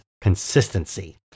consistency